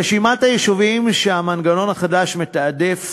רשימת היישובים שהמנגנון החדש מתעדף